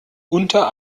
unter